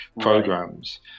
programs